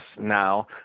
now